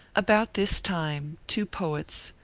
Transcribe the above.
about this time two poets,